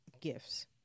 gifts